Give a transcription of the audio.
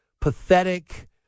pathetic